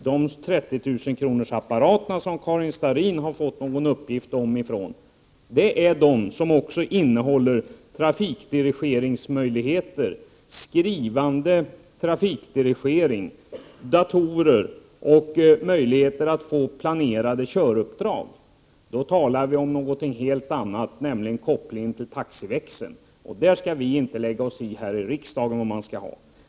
De 30 000-kronorsapparater som Karin Starrin har fått någon uppgift om är de som också innehåller trafikdirigeringsmöjligheter, skrivande trafikdirigering, datorer och möjligheten att få planerade köruppdrag. Då talar vi om någonting helt annat, nämligen kopplingen till taxiväxel, och det är någonting som riksdagen inte skall lägga sig i.